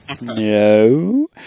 No